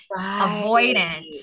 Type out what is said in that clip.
avoidant